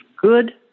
good